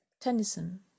tennyson